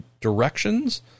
directions